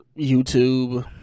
youtube